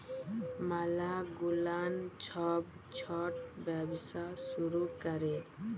ম্যালা গুলান ছব ছট ব্যবসা শুরু ক্যরে